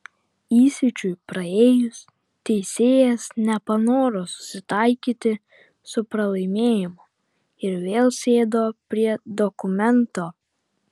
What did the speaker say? įsiūčiui praėjus teisėjas nepanoro susitaikyti su pralaimėjimu ir vėl sėdo prie dokumento